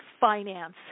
finance